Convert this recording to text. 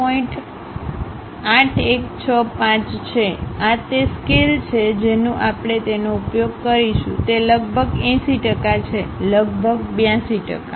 8165 છે આ તે સ્કેલ છે જે નું આપણે તેનો ઉપયોગ કરીશું તે લગભગ 80 ટકા છે લગભગ 82 ટકા